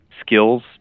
skills